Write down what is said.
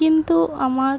কিন্তু আমার